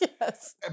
yes